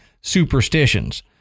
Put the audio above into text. superstitions